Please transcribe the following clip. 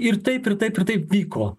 ir taip ir taip ir taip vyko